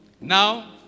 Now